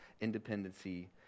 independency